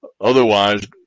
Otherwise